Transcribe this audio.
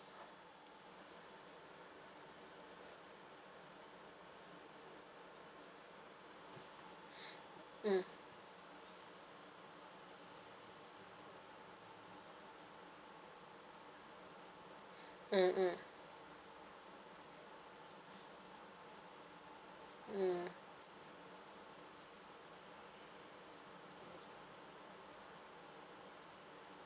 mm mm mm mm mm